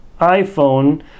iPhone